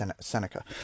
Seneca